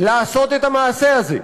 לעשות את המעשה הזה,